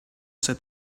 said